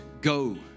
go